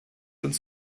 uns